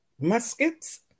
muskets